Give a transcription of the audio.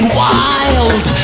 wild